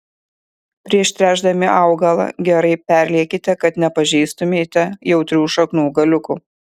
prieš tręšdami augalą gerai perliekite kad nepažeistumėte jautrių šaknų galiukų